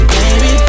Baby